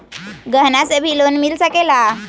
गहना से भी लोने मिल सकेला?